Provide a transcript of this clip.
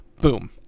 Boom